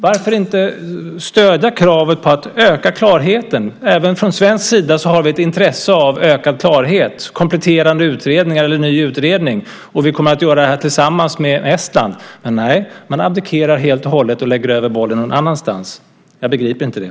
Varför inte stödja kravet på att öka klarheten? Även från svensk sida har vi ett intresse av ökad klarhet, kompletterande eller ny utredning, och vi kommer att göra det här tillsammans med Estland. Men, nej, man abdikerar helt och hållet och lägger över bollen någon annanstans. Jag begriper inte det.